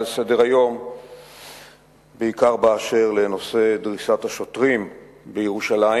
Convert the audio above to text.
לסדר-היום בעיקר באשר לנושא דריסת השוטרים בירושלים,